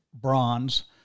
bronze